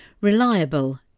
Reliable